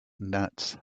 nuts